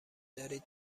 دارید